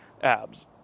abs